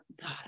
God